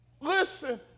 Listen